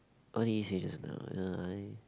what did he say just now